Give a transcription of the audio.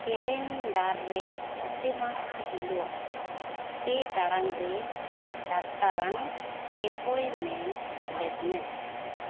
calendar ᱨᱮ ᱚᱛᱮ ᱢᱟᱦᱟ ᱦᱤᱞᱚᱜ ᱯᱮ ᱴᱟᱲᱟᱝ ᱨᱮ ᱰᱟᱠᱴᱟᱨᱟᱝ ᱮᱯᱚᱭᱢᱮᱱᱴ ᱥᱮᱞᱮᱫᱽ ᱢᱮ